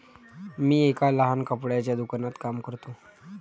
मी एका लहान कपड्याच्या दुकानात काम करतो